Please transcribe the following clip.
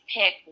pick